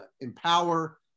empower